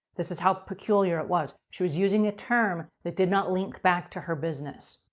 this is how peculiar it was. she was using a term that did not link back to her business.